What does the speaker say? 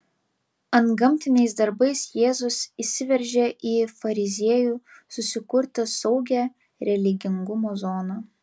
antgamtiniais darbais jėzus įsiveržė į fariziejų susikurtą saugią religingumo zoną